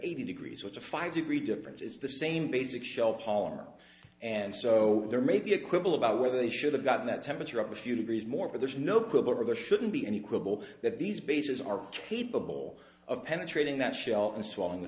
eighty degrees with a five degree difference is the same basic shell polymer and so there may be a quibble about whether they should have gotten that temperature up a few degrees more but there's no quibble over there shouldn't be any quibble that these bases are capable of penetrating that shell and swallowing the